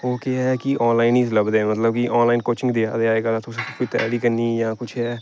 हून केह् ऐ कि आनलाइन ई लभदे ऐ मतलब कि आनलाइन कोचिंग देआ दे अज्जकल तुसें कोई त्यारी करनी जां कुछ